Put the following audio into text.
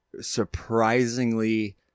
surprisingly